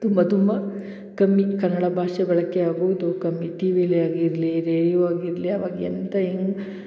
ತುಂಬ ತುಂಬ ಕಮ್ಮಿ ಕನ್ನಡ ಭಾಷೆ ಬಳಕೆ ಆಗುವುದು ಕಮ್ಮಿ ಟೀ ವಿಲೇ ಆಗಿರಲಿ ರೇಡಿಯೊ ಆಗಿರಲಿ ಅವಾಗ ಎಂಥ ಹಿಂಗ್